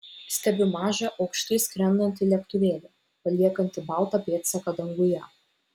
stebiu mažą aukštai skrendantį lėktuvėlį paliekantį baltą pėdsaką danguje